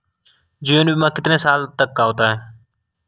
जीवन बीमा कितने साल तक का होता है?